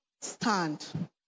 stand